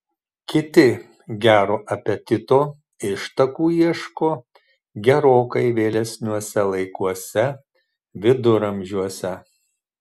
kiti gero apetito ištakų ieško gerokai vėlesniuose laikuose viduramžiuose